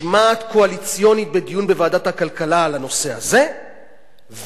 משמעת קואליציונית בדיון בוועדת הכלכלה על הנושא הזה והמחיקה